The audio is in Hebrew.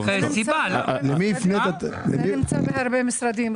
זה בהרבה משרדים,